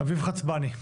אביב חצבני,